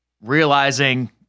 realizing